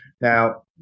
now